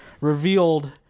revealed